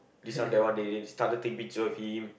this one that one they they started take picture with him